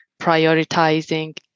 prioritizing